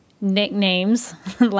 nicknames